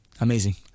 Amazing